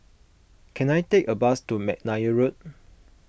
can I take a bus to McNair Road